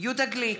יהודה גליק,